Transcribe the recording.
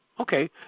Okay